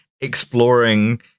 exploring